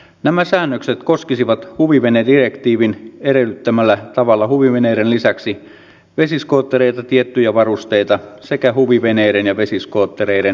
nämä säännökset koskisivat huvivenedirektiivin edellyttämällä tavalla huviveneiden lisäksi vesiskoottereita tiettyjä varusteita sekä huviveneiden ja vesiskoottereiden moottoreita